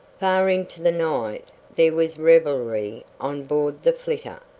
far into the night there was revelry on board the flitter,